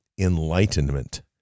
Enlightenment